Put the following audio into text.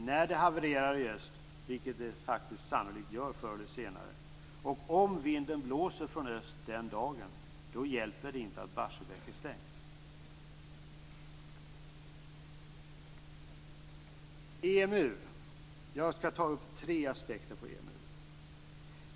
När det havererar i öst, vilket det faktiskt sannolikt gör förr eller senare, och om vinden blåser från öst den dagen, då hjälper det inte att Barsebäck är stängt. Jag skall ta upp tre aspekter på EMU.